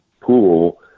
pool